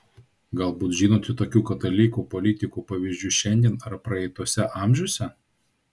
galbūt žinote tokių katalikų politikų pavyzdžių šiandien ar praeituose amžiuose